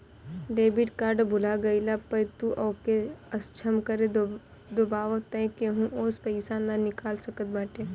debit card भूला गईला पअ तू ओके असक्षम कर देबाअ तअ केहू ओसे पईसा ना निकाल सकत बाटे